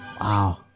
Wow